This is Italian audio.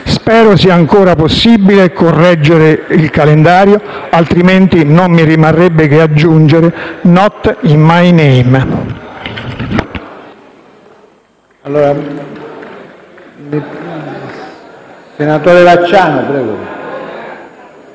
Spero sia ancora possibile correggere il calendario; altrimenti non mi rimarrebbe che aggiungere: *not in my name*.